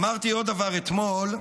אמרתי עוד דבר אתמול.